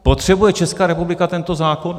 Potřebuje Česká republika tento zákon?